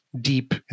deep